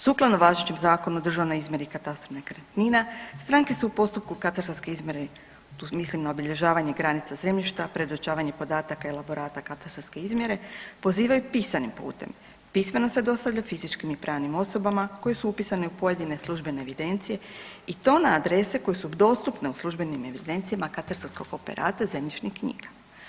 Sukladno važećem Zakonu o državnoj izmjeri i katastru nekretnine, stranke su u postupku katastarske izmjere, tu mislim na obilježavanje granica zemljišta, predočavanje podataka i elaborata katastarske izmjere pozivaju pisanim putem, pismeno se dostavlja fizičkim i pravnim osobama koje su upisane u pojedine službene evidencije i to na adrese koje su dostupne u službenim evidencijama katastarskog operata zemljišnih knjiga.